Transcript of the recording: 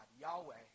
Yahweh